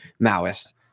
Maoist